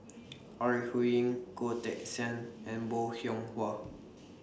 Ore Huiying Goh Teck Sian and Bong Hiong Hwa